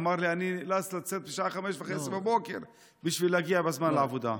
אמר לי: אני נאלץ לצאת בשעה 05:30 כדי להגיע בזמן לעבודה.